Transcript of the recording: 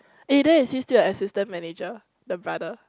eh then is he still a assistant manager the brother